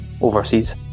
overseas